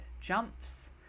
jumps